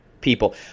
people